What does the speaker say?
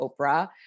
Oprah